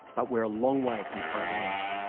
but we're a long way from finding out.